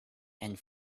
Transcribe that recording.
and